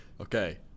Okay